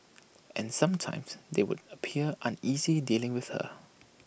and sometimes they would appear uneasy dealing with her